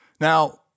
Now